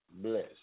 Bless